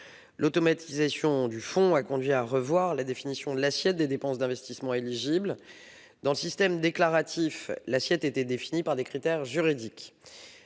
automatisation a conduit à revoir la définition de l'assiette des dépenses d'investissement éligibles. Dans le système déclaratif, l'assiette était définie par des critères juridiques.